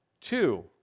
Two